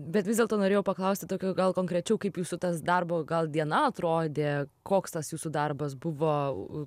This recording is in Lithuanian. bet vis dėlto norėjau paklausti tokių gal konkrečiau kaip jūsų tas darbo gal diena atrodė koks tas jūsų darbas buvo